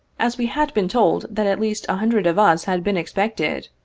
as we had been told that at least a hundred of us had been expected,